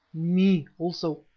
me also,